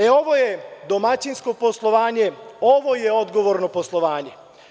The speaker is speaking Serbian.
E, ovo je domaćinsko poslovanje, ovo je odgovorno poslovanje.